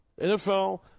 NFL